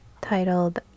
titled